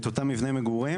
את אותם מבני מגורים